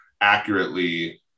accurately